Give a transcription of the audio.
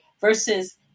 Versus